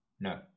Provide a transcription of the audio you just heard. No